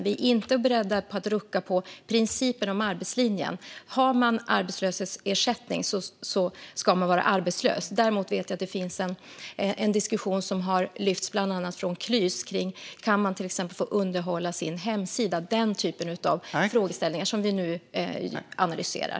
Vi är inte beredda att rucka på principen om arbetslinjen. Har man arbetslöshetsersättning ska man vara arbetslös. Däremot vet jag att det bland annat från Klys har lyfts fram en diskussion om man till exempel kan få underhålla sin hemsida. Det är denna typ av frågeställningar som vi nu analyserar.